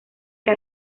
que